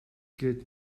gilt